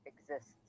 exists